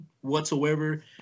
whatsoever